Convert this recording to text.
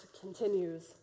continues